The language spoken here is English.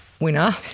winner